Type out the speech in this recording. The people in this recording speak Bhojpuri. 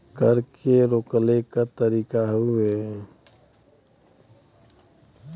कर के रोकले क तरीका हउवे